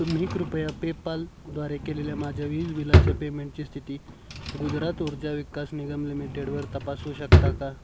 तुम्ही कृपया पेपालद्वारे केलेल्या माझ्या वीज बिलाच्या पेमेंटची स्थिती गुजरात ऊर्जा विकास निगम लिमिटेडवर तपासू शकता का